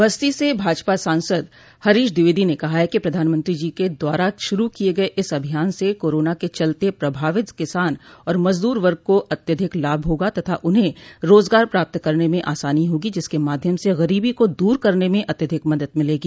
बस्ती से भाजपा सांसद हरीश द्विवेदी ने कहा है कि प्रधानमंत्री जी के द्वारा शुरू किये गये इस अभियान से कोरोना के चलते प्रभावित किसान और मजदूर वर्ग को अत्यधिक लाभ होगा तथा उन्हें रोजगार प्राप्त करने में आसानी होगी जिसके माध्यम से गरीबी को दूर करने में अत्यधिक मदद मिलेगी